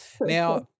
Now